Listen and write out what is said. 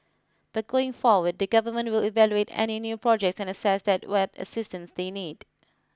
but going forward the government will evaluate any new projects and assess what assistance they need